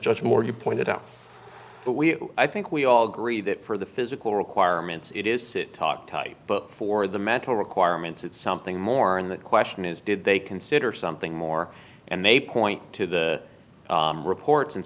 just more you pointed out that we i think we all agree that for the physical requirements it is to talk type but for the mental requirements it's something more and the question is did they consider something more and they point to the reports and